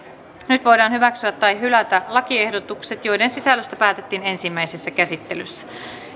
nyt voidaan hyväksyä tai hylätä lakiehdotukset joiden sisällöstä päätettiin ensimmäisessä käsittelyssä